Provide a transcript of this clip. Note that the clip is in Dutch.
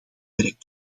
werk